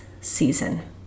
season